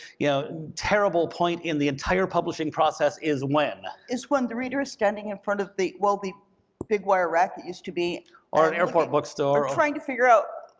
yeah terrible point in the entire publishing process is when? is when the reader is standing in front of the, well, the big wire rack that used to be or an airport bookstore. or trying to figure out,